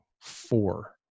four